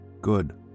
Good